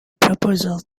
proposal